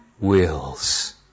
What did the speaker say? wills